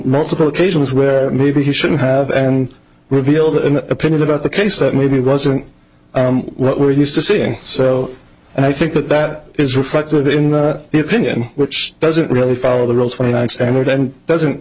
multiple occasions where maybe he shouldn't have and revealed an opinion about the case that maybe wasn't what we're used to seeing so i think that that is reflected in the opinion which doesn't really follow the rules for